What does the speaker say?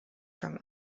from